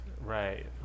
right